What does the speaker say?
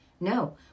No